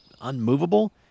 unmovable